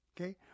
Okay